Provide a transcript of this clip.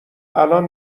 الان